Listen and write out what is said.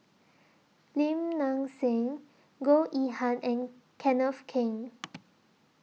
Lim Nang Seng Goh Yihan and Kenneth Keng